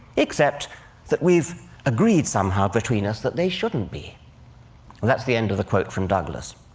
except that we've agreed somehow between us that they shouldn't be. and that's the end of the quote from douglas.